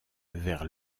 vers